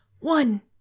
One